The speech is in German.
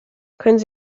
können